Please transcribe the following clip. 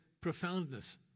profoundness